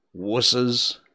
wusses